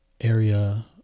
area